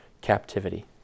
captivity